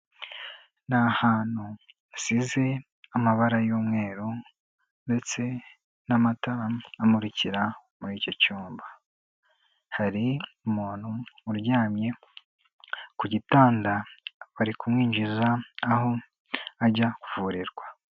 Ni ahantu hasize amabara y'umweru ndetse n'amatara amurikira muri icyo cyumba. Hari umuntu uryamye ku gitanda bari kumwinjiza aho ajya kuvurirwa.